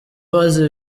ubaza